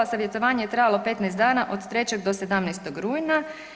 Savjetovanje je trajalo 15 dana, od 3. do 17. rujna.